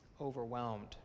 overwhelmed